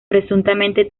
presuntamente